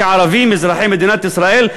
כערבים אזרחי מדינת ישראל,